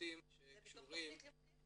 זה בתוך תוכנית לימודים?